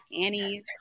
Annie